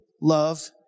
love